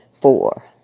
Four